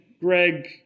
Greg